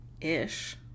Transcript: Ish